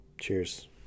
Cheers